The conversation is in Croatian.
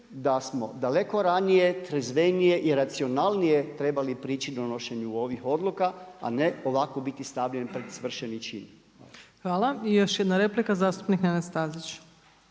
da smo daleko ranije, trezvenije i racionalnije trebali prići u donošenju ovih odluka, a ne ovako biti stavljen pred svršeni čin. **Opačić, Milanka (SDP)** Hvala. I još jedna replika, zastupnik Nenad Stazić.